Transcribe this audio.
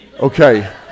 Okay